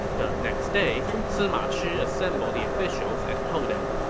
the next day, sima shi assembled the officials and told them,